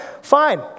fine